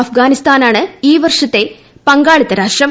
അഫ്ഗാനിസ്ഥാനാണ് ഈ വർഷത്തെ പങ്കാളിത്ത രാഷ്ട്രം